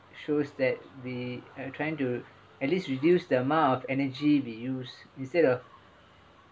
shows that we are trying to at least reduce the amount of energy we use instead of